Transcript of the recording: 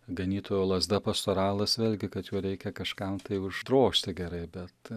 ganytojo lazda pastoralas vėlgi kad juo reikia kažkam tai uždrožti gerai bet